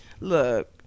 Look